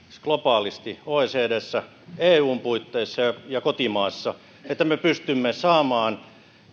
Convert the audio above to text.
globaalisti oecdssä eun puitteissa ja kotimaassa että me pystymme saamaan